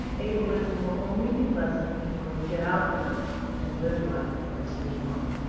ableism will only be lessened when we get out there and live life as we want.